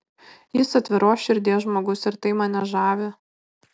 jis atviros širdies žmogus ir tai mane žavi